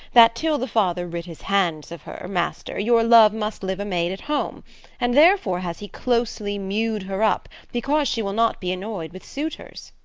that till the father rid his hands of her, master, your love must live a maid at home and therefore has he closely mew'd her up, because she will not be annoy'd with suitors.